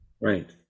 Right